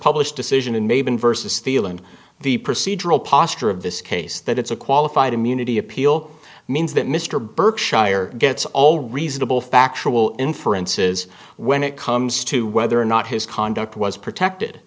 published decision and maybe vs feel and the procedural posture of this case that it's a qualified immunity appeal means that mr berkshire gets all reasonable factual inferences when it comes to whether or not his conduct was protected